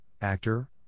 actor